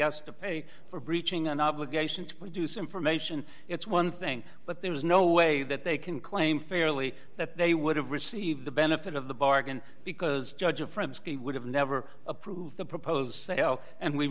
has to pay for breaching an obligation to produce information it's one dollar thing but there is no way that they can claim fairly that they would have received the benefit of the bargain because judge of friends would have never approved the proposed say oh and we